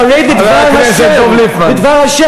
חרד לדבר ה'.